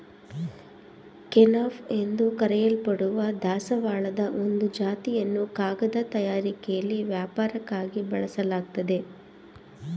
kenaf ಎಂದು ಕರೆಯಲ್ಪಡುವ ದಾಸವಾಳದ ಒಂದು ಜಾತಿಯನ್ನು ಕಾಗದ ತಯಾರಿಕೆಲಿ ವ್ಯಾಪಕವಾಗಿ ಬಳಸಲಾಗ್ತದೆ